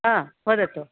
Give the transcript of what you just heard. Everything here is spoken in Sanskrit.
आ वदतु